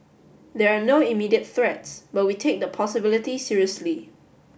there are no immediate threats but we take the possibility seriously